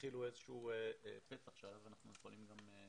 יתחילו איזשהו פתח שעליו אנחנו יכולים להילחם.